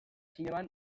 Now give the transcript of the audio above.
zineman